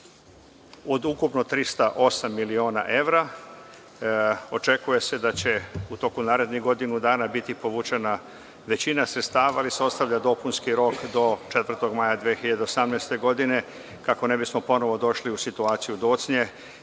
od ukupno 308 miliona evra. Očekuje se da će u toku narednih godinu dana biti povučena većina sredstava, ali se ostavlja dopunski rok do 4. maja 2018. godine, kako ne bismo ponovo došli u situaciju docnje,